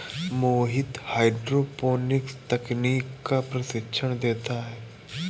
मोहित hydroponics तकनीक का प्रशिक्षण देता है